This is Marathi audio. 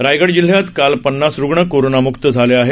रायगड जिल्हय़ात काल पन्नास रुग्ण कोरोनामुक्त झाले आहेत